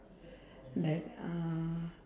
like um